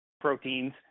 proteins